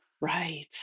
Right